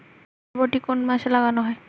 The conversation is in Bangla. বরবটি কোন মাসে লাগানো হয়?